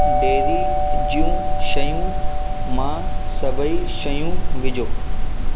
dairy जूं शयूं मां सभई शयूं विझो